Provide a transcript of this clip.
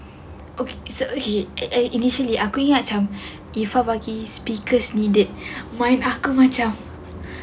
okay so initially aku ingat macam iffa bagi speaker needed mind aku macam